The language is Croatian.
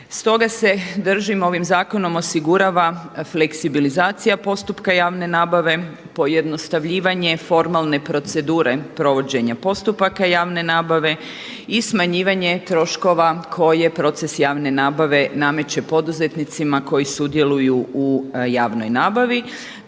Stoga se držim, ovim zakonom osigurava fleksibilizacija postupaka javne nabave, pojednostavljivanje formalne procedure provođenja postupaka javne nabave i smanjivanje troškova koje proces javne nabave nameće poduzetnicima koji sudjeluju u javnoj nabavi